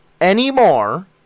anymore